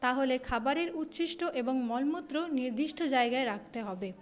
তাহলে খাবারের উচ্ছিষ্ট এবং মল মূত্র নির্দিষ্ট জায়গায় রাখতে হবে